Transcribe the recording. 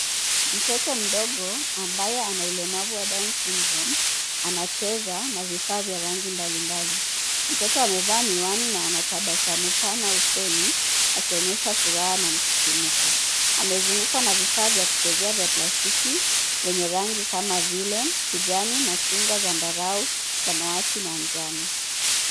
Mtoto mdogo ambaye ana ulemavu wa Down Syndrome , anacheza na vifaa vya rangi mbalimbali. Mtoto amevaa miwani na ana tabasamu pana usoni akionyesha furaha na msisimuko. Amezungwa na vifaa vya kuchezea vya plastiki vyenye rangi kama vile kijani, machungwa, zambarau, samwati na njano.